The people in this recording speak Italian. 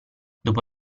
dopo